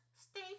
Stay